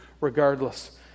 regardless